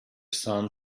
son